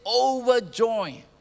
overjoyed